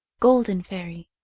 golden fairy.